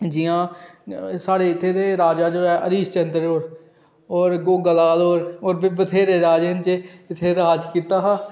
जि'यां साढ़ै इत्थूं दे राजा जो हैन हरिशचंद्र होर होर गोगा लाल होर बी बथ्हेरे राजें इत्थै राज कीता हा